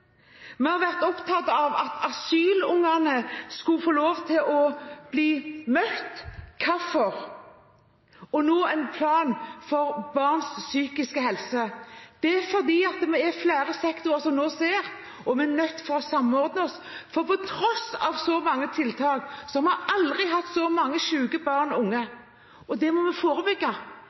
Vi har vært opptatt av at asylungene skulle bli møtt, og nå en plan for barns psykiske helse. Hvorfor? Det er fordi flere sektorer nå ser at vi er nødt for å samordne oss, for på tross av så mange tiltak har vi aldri hatt så mange syke barn og unge. Det må vi forebygge.